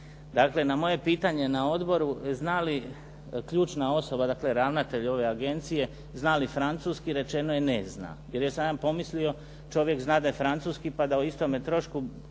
Na moje pitanje na odboru zna li ključna osoba, dakle ravnatelj ove agencije zna li francuski rečeno je ne zna jer sam ja pomislio čovjek zna francuski pa da o istome trošku